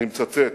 אני מצטט: